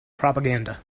propaganda